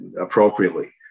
appropriately